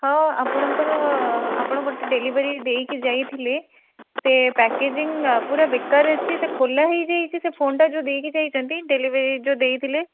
ହଁ ଆପଣଙ୍କର ଆପଣ ଗୋଟେ ଡେଲିଭରି ଦେଇକିଯାଇଥିଲେ ସେ ପ୍ୟାକେଜିଂ ପୁରା ବେକାର ଅଛି ସେ ଖୋଲାହେଇଯାଇଛି ସେ ଫୋନ୍ଟା ଯେଉଁ ଦେଇକି ଯାଇଛନ୍ତି ଡେଲିଭରି ଯେଉଁ ଦେଇଥିଲେ